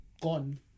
gone